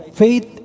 faith